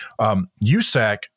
USAC